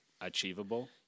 Achievable